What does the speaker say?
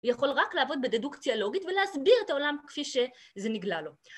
הוא יכול רק לעבוד בדדוקציה לוגית ולהסביר את העולם כפי שזה נגלה לו.